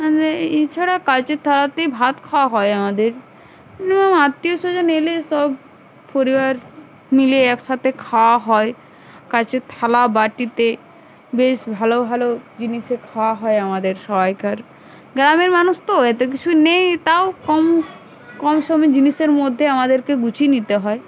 এছাড়া কাঁচের থালাতেই ভাত খাওয়া হয় আমাদের যেমন আত্মীয়স্বজন এলে সব পরিবার মিলে একসাথে খাওয়া হয় কাঁচের থালা বাটিতে বেশ ভালো ভালো জিনিসে খাওয়া হয় আমাদের সবাইকার গ্রামের মানুষ তো এত কিছু নেই তাও কম কম সময় জিনিসের মধ্যে আমাদেরকে গুছিয়ে নিতে হয়